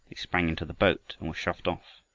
sprang into the boat and were shoved off.